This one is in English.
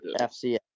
FCS